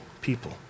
people